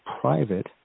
private